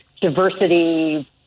diversity